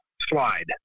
slide